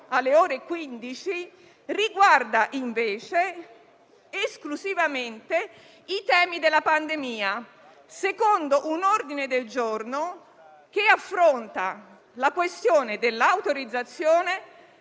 alle ore 15, riguarda, invece, esclusivamente i temi della pandemia, secondo un ordine del giorno che affronta la questione dell'autorizzazione,